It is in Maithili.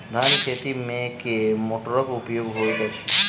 धान केँ खेती मे केँ मोटरक प्रयोग होइत अछि?